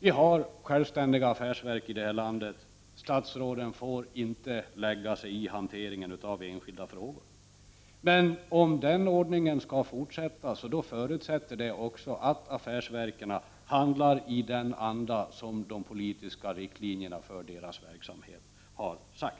Vi har självständiga affärsverk i det här landet, statsråden får inte lägga sig i hanteringen av enskilda frågor, men om den ordningen skall kunna gälla i fortsättningen förutsätter det att affärsverken handlar i den anda och enligt de politiska riktlinjer som har bestämts.